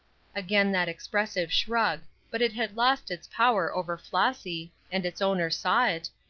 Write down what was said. again that expressive shrug but it had lost its power over flossy, and its owner saw it,